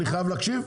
אני חייב להקשיב?